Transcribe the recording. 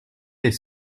les